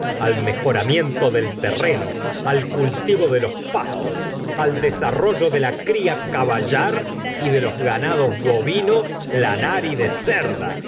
al mejoramiento del terreno al cultivo de los pastos al desarrollo de la cria caballar y de los ganados bovino lanar y de cerda